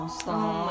stop